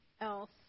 else